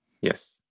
Yes